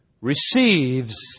receives